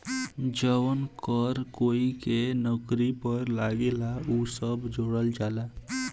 जवन कर कोई के नौकरी पर लागेला उ सब जोड़ल जाला